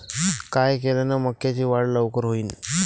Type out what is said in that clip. काय केल्यान मक्याची वाढ लवकर होईन?